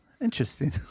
interesting